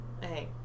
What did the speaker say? Hey